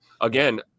again